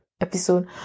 Episode